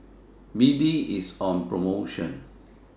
B D IS on promotion